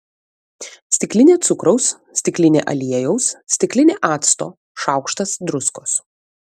stiklinė cukraus stiklinė aliejaus stiklinė acto šaukštas druskos